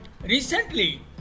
Recently